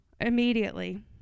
Immediately